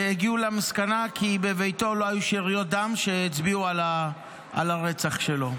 הגיעו למסקנה כי בביתו לא היו שאריות דם שהצביעו על הרצח שלו.